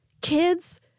kids